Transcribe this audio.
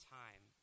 time